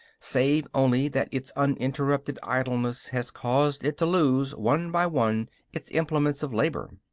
save only that its uninterrupted idleness has caused it to lose one by one its implements of labor.